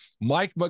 Mike